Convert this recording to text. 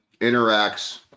interacts